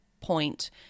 point